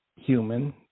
human